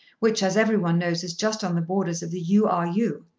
which, as every one knows, is just on the borders of the u. r. u,